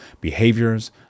behaviors